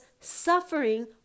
suffering